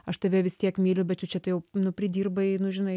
aš tave vis tiek myliu bet tu čia tai jau nu pridirbai nu žinai